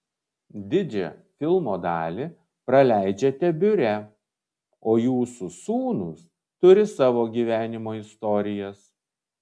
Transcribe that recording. didžią filmo dalį praleidžiate biure o jūsų sūnūs turi savo gyvenimo istorijas